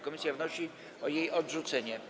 Komisja wnosi o jej odrzucenie.